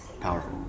powerful